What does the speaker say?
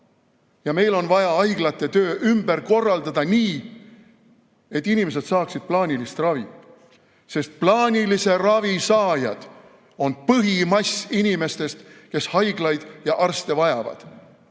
ja meil on vaja haiglate töö ümber korraldada nii, et inimesed saaksid plaanilist ravi. Sest plaanilise ravi saajad on põhimass inimestest, kes haiglaid ja arste vajavad.